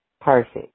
Perfect